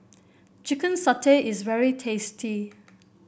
Chicken Satay is very tasty